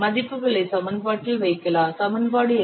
மதிப்புகளை சமன்பாட்டில் வைக்கலாம் சமன்பாடு என்ன